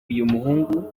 uyumuhungu